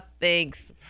Thanks